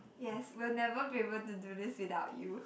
yes we'll never be able to do this without you